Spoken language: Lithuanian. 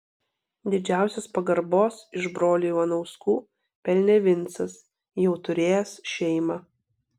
didžiausios pagarbos iš brolių ivanauskų pelnė vincas jau turėjęs šeimą